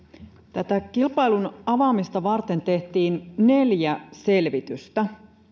tätä kilpailun avaamista varten tehtiin neljä selvitystä